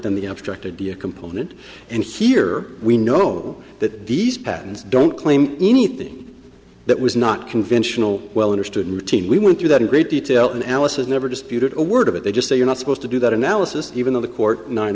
than the abstract idea component and here we know that these patents don't claim anything that was not conventional well understood in routine we went through that in great detail and alice has never disputed a word of it they just say you're not supposed to do that analysis even though the court nine